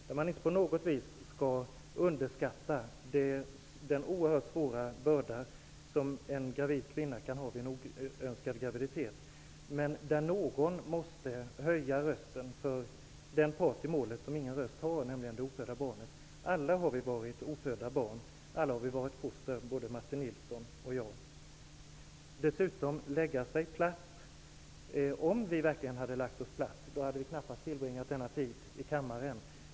Man skall inte på något vis underskatta den oerhört tunga börda en oönskad graviditet kan innebära för en kvinna, men någon måste ändå höja rösten för den part i målet som ingen röst har, nämligen det ofödda barnet. Alla har vi varit ofödda barn. Alla har vi varit foster, både Martin Martin Nilsson säger också att kds lägger sig platt. Om vi verkligen hade lagt oss platt, hade vi knappast tillbringat denna tid i kammaren.